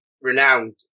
renowned